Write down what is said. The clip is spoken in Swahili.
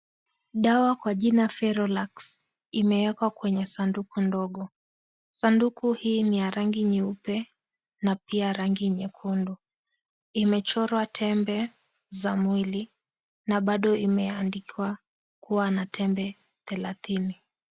Dawa kwa jina Pherolax imewekwa kwenye sanduku ndogo, sanduku hii ni ya rangi nyeupe pia ni ya rangi nyekundu imechorwa tembe za mwili na bado imeandikwa kuwa na tembe thelethini.